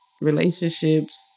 relationships